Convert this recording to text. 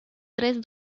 tres